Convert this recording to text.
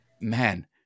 man